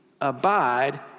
abide